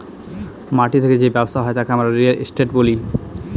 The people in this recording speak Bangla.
মাটির যে ব্যবসা হয় তাকে আমরা রিয়েল এস্টেট বলি